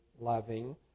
loving